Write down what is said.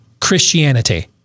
Christianity